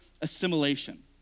assimilation